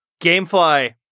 Gamefly